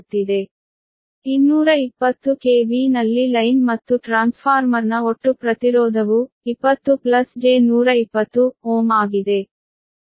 220 KV ನಲ್ಲಿ line ಮತ್ತು ಟ್ರಾನ್ಸ್ಫಾರ್ಮರ್ನ ಒಟ್ಟು ಪ್ರತಿರೋಧವು 20 j120 Ω ಆಗಿದೆ